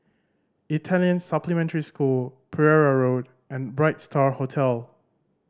Italian Supplementary School Pereira Road and Bright Star Hotel